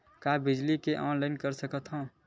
का बिजली के ऑनलाइन कर सकत हव?